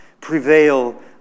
prevail